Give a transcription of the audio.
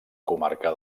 comarca